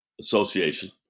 Association